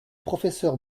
professeur